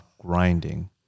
grinding